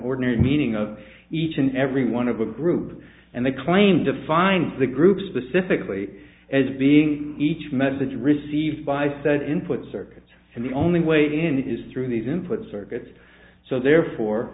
ordinary meaning of each and every one of a group and they claim defines the group specifically as being each message received by said input circuits and the only way to end it is through these input circuits so therefore